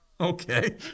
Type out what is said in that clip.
Okay